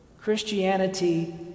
Christianity